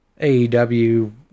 AEW